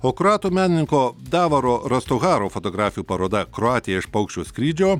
o kroatų menininko davoro rostuharo fotografijų paroda kroatija iš paukščio skrydžio